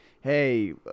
Hey